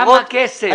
כמה כסף?